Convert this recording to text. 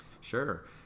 Sure